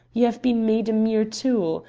you have been made a mere tool.